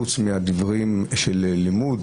מלבד הלימוד,